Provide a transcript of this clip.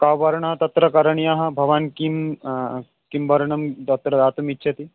क वर्णः तत्र करणीयः भवान् किं किं वर्णं तत्र दातुम् इच्छति